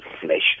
flesh